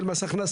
של מס הכנסה,